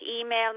Email